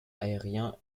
aérien